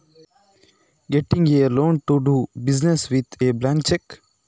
ಖಾಲಿ ಚೆಕ್ ಕೊಟ್ರೆ ಬಿಸಿನೆಸ್ ಮಾಡಲು ಲೋನ್ ಸಿಗ್ತದಾ?